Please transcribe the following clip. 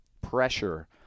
pressure